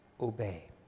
obey